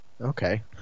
Okay